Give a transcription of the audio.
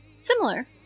similar